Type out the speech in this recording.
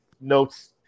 notes